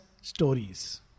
stories